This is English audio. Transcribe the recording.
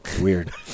Weird